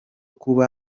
kuba